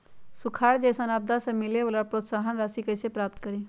सुखार जैसन आपदा से मिले वाला प्रोत्साहन राशि कईसे प्राप्त करी?